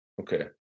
Okay